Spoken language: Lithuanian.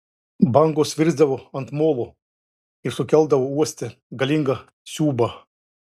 bangos virsdavo ant molo ir sukeldavo uoste galingą siūbą